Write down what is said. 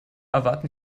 erwarten